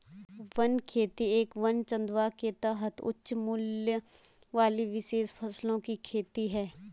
one खेती एक वन चंदवा के तहत उच्च मूल्य वाली विशेष फसलों की खेती है